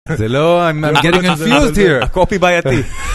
זה לא, I'm getting infused here. A copy by Eti.